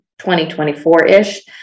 2024-ish